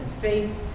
faith